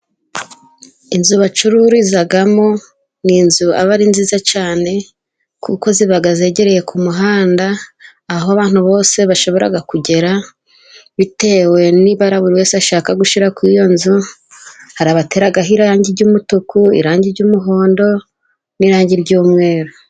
Inzu bacururizamo n'inzu ziba ari nziza cyane, kuko ziba zegereye ku muhanda aho abantu bose bashobora kugera bitewe n'ibara buri wese ashaka gushi kuri iyo nzu, harabatera ho irangi ry'umutuku, irangi ry'umuhondo, n'irangi ry'umweru.